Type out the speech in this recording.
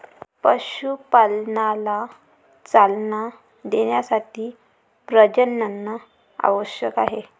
पशुपालनाला चालना देण्यासाठी प्रजनन आवश्यक आहे